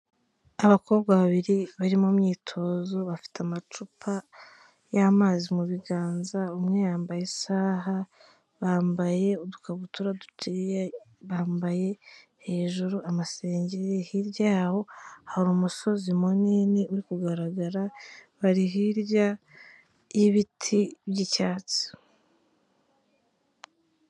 Abakobwa babiri bari mu myitozo bafite amacupa y'amazi mu biganza, umwe yambaye isaha, bambaye udukabutura duciye, bambaye hejuru amasengeri, hirya yabo hari umusozi munini uri kugaragara, bari hirya y'ibiti by'icyatsi.